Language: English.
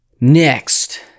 Next